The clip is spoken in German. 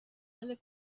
alle